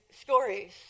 stories